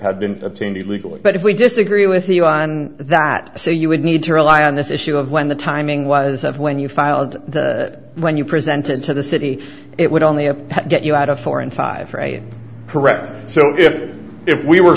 had been obtained illegally but if we disagree with you on that say you would need to rely on this issue of when the timing was up when you filed the when you presented to the city it would only have get you out of four and five for a correct so if if we were